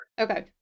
okay